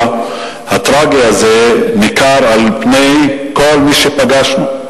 הטרגי הזה ניכרו על פני כל מי שפגשנו.